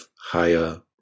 higher